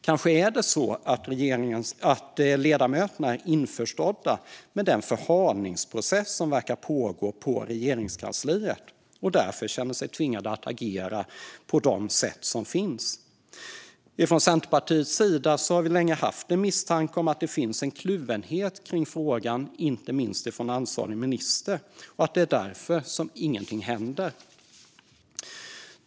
Kanske är det så att ledamöterna är införstådda med den förhalningsprocess som verkar pågå i Regeringskansliet och därför känner sig tvingade att agera på de sätt som finns. Centerpartiet har länge haft en misstanke om att det finns en kluvenhet i frågan, inte minst från ansvarig minister, och att det är därför ingenting händer.